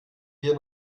wir